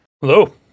Hello